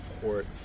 port